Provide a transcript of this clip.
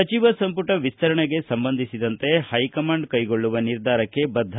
ಸಚಿವ ಸಂಪುಟ ವಿಸ್ತರಣೆಗೆ ಸಂಬಂಧಿಸಿದಂತೆ ಹೈಕಮಾಂಡ್ ಕೈಗೊಳ್ಳುವ ನಿರ್ಧಾರಕ್ಕೆ ಬದ್ದ